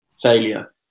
failure